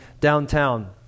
downtown